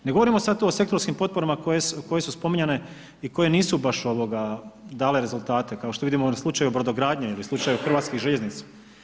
Ne govorimo sad tu o sektorskim potporama koje su spominjane i koje nisu baš dale rezultate, kao što vidimo u ovom slučaju brodogradnje ili slučaju Hrvatskih željeznice.